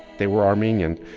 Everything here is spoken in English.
they were armenian,